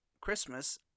Christmas